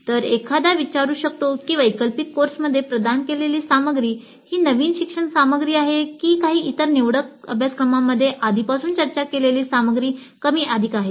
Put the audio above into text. तर एखादा विचारू शकतो की त्या वैकल्पिक कोर्समध्ये प्रदान केलेली सामग्री ही नवीन शिक्षण सामग्री आहे की काही इतर निवडक अभ्यासक्रमांमध्ये आधीपासूनच चर्चा केलेली सामग्री कमी अधिक आहे